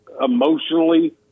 emotionally